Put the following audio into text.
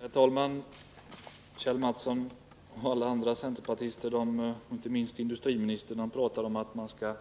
Herr talman! Kjell Mattsson och alla andra centerpartister — inte minst industriministern — pratar om att man skall